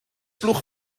blwch